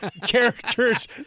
characters